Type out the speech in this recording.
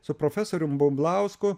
su profesorium bumblausku